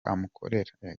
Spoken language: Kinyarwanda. amukorera